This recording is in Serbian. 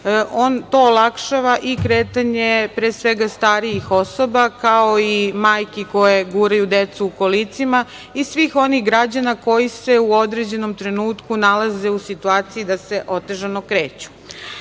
to olakšava i kretanje pre svega starijih osoba, kao i majki koje guraju decu u kolicima i svih onih građana koji se u određenom trenutku nalaze u situaciji da se otežano